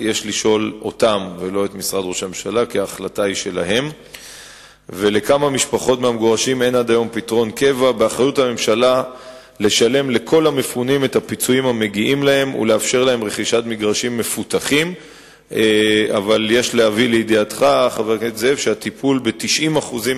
רצוני לשאול: 1. האם להבא תכנה את אבו מאזן בתואר יושב-ראש,